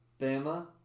Bama